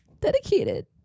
dedicated